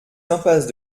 impasse